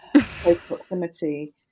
proximity